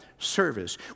service